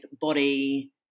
body